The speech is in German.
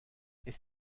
ist